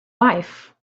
wife